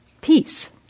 peace